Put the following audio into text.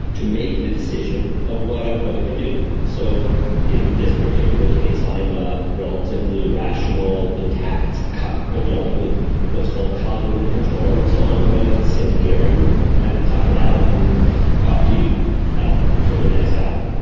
to make the decision of what i'm going to do. so in this particular case i'm a relatively rational, intact adult with what's called cognitive control, so i'm going to sit here and kind of tough it out and talk to you for the next hour.